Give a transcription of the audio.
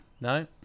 No